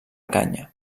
canya